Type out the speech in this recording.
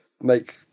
make